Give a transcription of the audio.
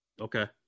Okay